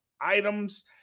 items